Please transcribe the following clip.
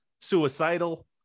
suicidal